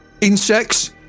insects